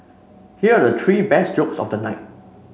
here are the three best jokes of the night